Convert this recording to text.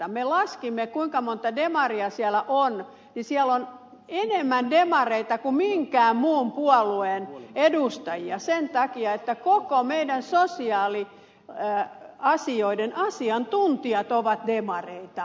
kun me laskimme kuinka monta demaria siellä on niin siellä on enemmän demareita kuin minkään muun puolueen edustajia sen takia että kaikki meidän sosiaaliasioiden asiantuntijamme ovat demareita